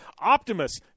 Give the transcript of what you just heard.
Optimus